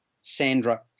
Sandra